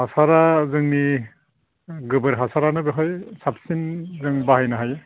हासारा जोंनि गोबोर हासारानो बेहाय साबसिन जों बाहायनो हायो